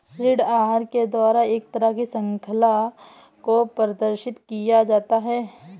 ऋण आहार के द्वारा एक तरह की शृंखला को प्रदर्शित किया जाता है